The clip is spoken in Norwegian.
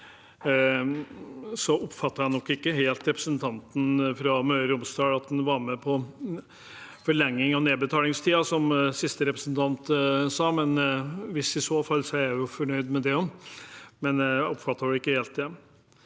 Jeg oppfattet nok ikke helt av representanten fra Møre og Romsdal at han var med på forlenging av nedbetalingstiden, som siste representant sa. I så fall er jeg jo fornøyd med det,